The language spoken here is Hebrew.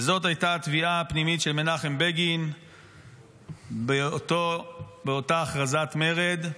וזאת הייתה התביעה הפנימית של מנחם בגין באותה הכרזת מרד,